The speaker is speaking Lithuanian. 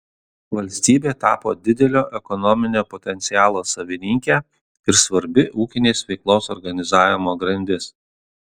valstybė tapo didelio ekonominio potencialo savininkė ir svarbi ūkinės veiklos organizavimo grandis